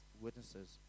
witnesses